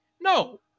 No